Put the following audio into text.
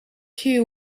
too